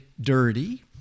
dirty